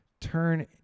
turn